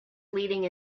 leading